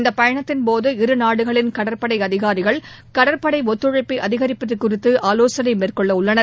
இந்த பயணத்தின்போது இருநாடுகளின் கடற்படை அதிகாரிகள் கடற்படை ஒத்துழைப்பை அதிகரிப்பது குறித்து ஆலோசனை நடத்தவுள்ளனர்